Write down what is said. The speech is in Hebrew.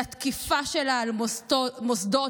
לתקיפה שלה על מוסדות,